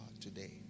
today